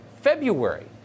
February